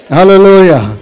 Hallelujah